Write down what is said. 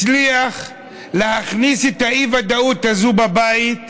הצליח להכניס את האי-ודאות הזאת בבית,